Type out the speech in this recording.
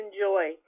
enjoy